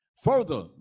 Further